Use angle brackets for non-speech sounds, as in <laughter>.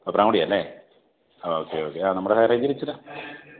തോപ്രാംകുടിയല്ലേ ആ okay okay നമ്മുടെ നേരെ <unintelligible>